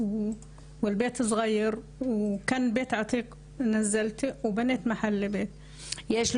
ואני תכף אפנה גם לסמנכ"ל ההסדרה